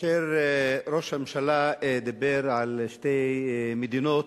כאשר ראש הממשלה דיבר על שתי מדינות,